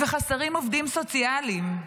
חסרים עובדים סוציאליים.